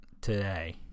today